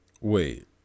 Wait